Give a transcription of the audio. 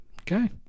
Okay